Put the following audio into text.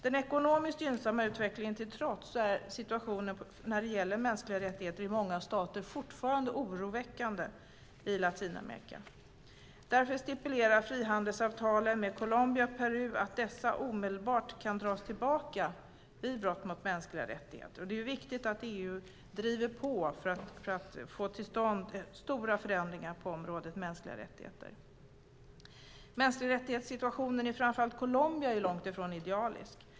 Den ekonomiskt gynnsamma utvecklingen till trots är situationen när det gäller mänskliga rättigheter i många stater fortfarande oroväckande i Latinamerika. Därför stipulerar frihandelsavtalen med Colombia och Peru att dessa omedelbart kan dras tillbaka vid brott mot mänskliga rättigheter. Det är viktigt att EU driver på för att få till stånd stora förändringar på området mänskliga rättigheter. Situationen när det gäller de mänskliga rättigheterna i framför allt Colombia är långt ifrån idealisk.